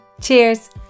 Cheers